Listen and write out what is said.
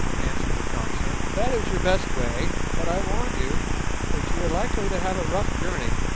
answered the consul, that is your best way, but i warn you that you are likely to have a rough journey,